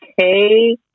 okay